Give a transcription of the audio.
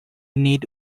need